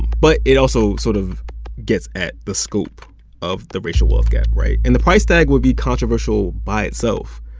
but it also sort of gets at the scope of the racial wealth gap, right? and the price tag would be controversial by itself,